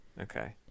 okay